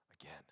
again